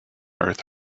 earth